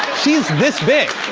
she's this big.